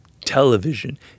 television